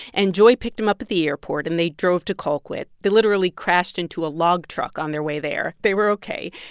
and joy picked him up at the airport, and they drove to colquitt. they literally crashed into a log truck on their way there. they were ok.